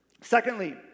Secondly